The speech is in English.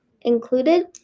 included